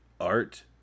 art